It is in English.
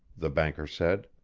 the banker said.